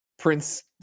Prince